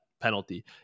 penalty